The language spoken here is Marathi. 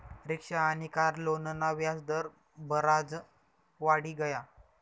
रिक्शा आनी कार लोनना व्याज दर बराज वाढी गया